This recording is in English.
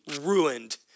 ruined